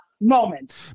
moment